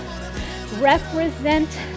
represent